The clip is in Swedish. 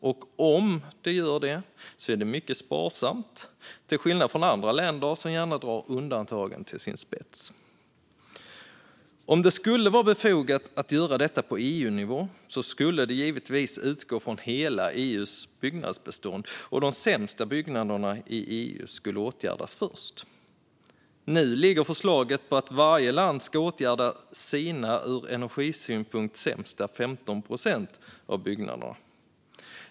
Och om de gör det sker det mycket sparsamt, till skillnad från andra länder, som gärna drar undantagen till sin spets. Om det skulle vara befogat att göra detta på EU-nivå borde det givetvis ha utgått från hela EU:s byggnadsbestånd, och de sämsta byggnaderna i EU borde ha åtgärdats först. Enligt det liggande förslaget ska varje land åtgärda 15 procent av sina ur energisynpunkt sämsta byggnader.